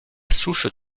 souche